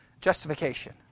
justification